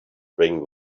bring